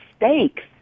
mistakes